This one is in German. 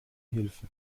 hilfe